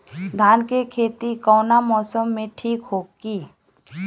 धान के खेती कौना मौसम में ठीक होकी?